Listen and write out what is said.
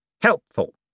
helpful